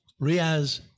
Riaz